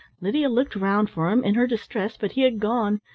lydia looked round for him in her distress, but he had gone.